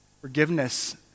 Forgiveness